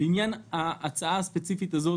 לעניין ההצעה הספציפית הזאת,